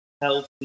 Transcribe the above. Healthy